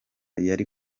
yari